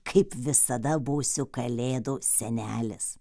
kaip visada būsiu kalėdų senelis